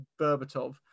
Berbatov